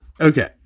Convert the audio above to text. Okay